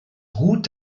ruht